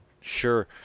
Sure